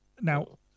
now